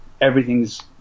everything's